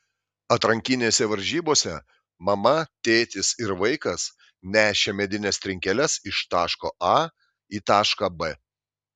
atrankinėse varžybose mama tėtis ir vaikas nešė medines trinkeles iš taško a į tašką b